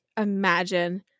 imagine